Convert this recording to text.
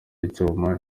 icyuma